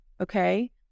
Okay